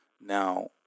Now